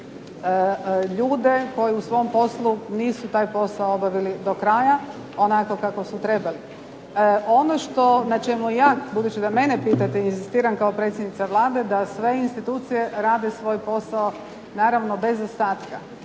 ljude koji u svom poslu nisu taj posao obavili do kraja, onako kako su trebali. Ono što, na čemu, budući da mene pitate i inzistiram kao predsjednice Vlade da sve institucije rade svoj posao, naravno bez …/Ne